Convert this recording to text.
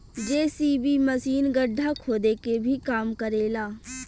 JCB machine गड्ढा खोदे के भी काम करे ला